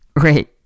Great